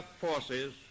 forces